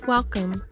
Welcome